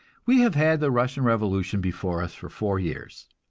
we have had the russian revolution before us for four years.